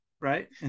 Right